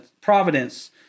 providence